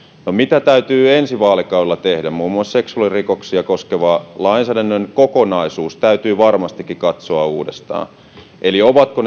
no mitä täytyy ensi vaalikaudella tehdä muun muassa seksuaalirikoksia koskeva lainsäädännön kokonaisuus täytyy varmastikin katsoa uudestaan eli ovatko